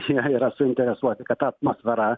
jie yra suinteresuoti kad ta atmosfera